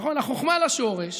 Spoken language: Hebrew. המסורת, נכון, החוכמה לשורש